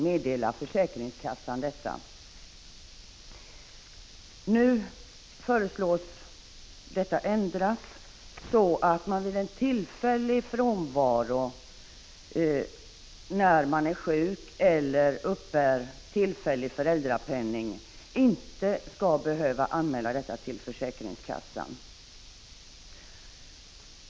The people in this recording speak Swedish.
Nu föreslås detta ändrat, så att man när man är sjuk eller uppbär tillfällig föräldrapenning inte skall behöva anmäla tillfällig bortovaro till försäkringskassan.